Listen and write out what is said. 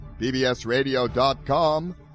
bbsradio.com